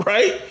Right